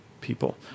people